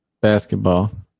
basketball